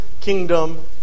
kingdom